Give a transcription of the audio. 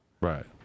Right